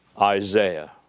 Isaiah